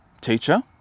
teacher